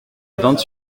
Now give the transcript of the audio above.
vingt